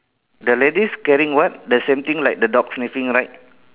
the ladies carrying what the same thing like the dog sniffing right